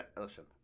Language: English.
listen